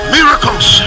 miracles